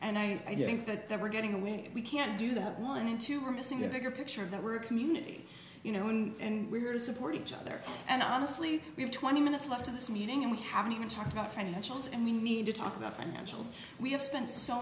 and i think that they were getting when if we can't do that one in two are missing the bigger picture that we're community you know in and we're here to support each other and i honestly we have twenty minutes left in this meeting and we haven't even talked about financials and we need to talk about financials we have spent so